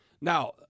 Now